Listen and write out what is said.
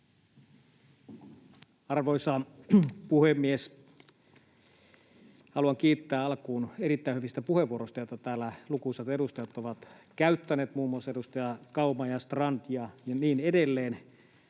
Arvoisa puhemies! Haluan kiittää alkuun erittäin hyvistä puheenvuoroista, joita täällä lukuisat edustajat ovat käyttäneet, muun muassa edustajat Kauma ja Strand ja niin edelleen,